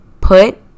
put